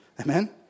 Amen